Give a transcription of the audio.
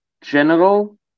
general